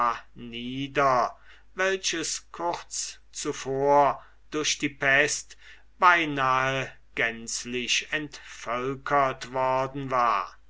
nieder welches kurz zuvor durch die pest beinahe gänzlich entvölkert worden war